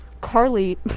Carly